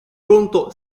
conto